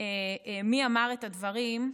מי אמר את הדברים: